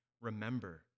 Remember